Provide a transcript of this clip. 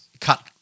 cut